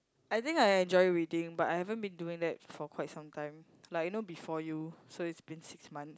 I think I enjoy reading but I haven't been doing that for quite some time like you know before you so it's been six month